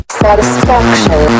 satisfaction